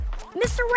Mr